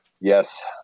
yes